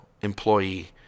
employee